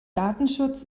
datenschutz